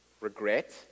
regret